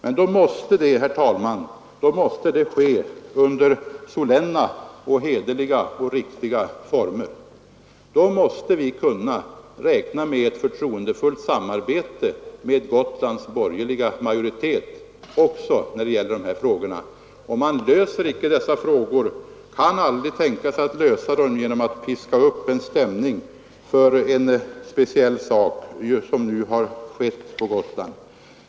Men det måste, herr talman, ske under solenna, hederliga och riktiga former. Vi måste kunna räkna med ett förtroendefullt samarbete med Gotlands borgerliga majoritet även när det gäller dessa frågor, som man icke löser genom att piska upp en stämning för en speciell sak, såsom nu har skett på Gotland.